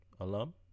alum